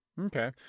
Okay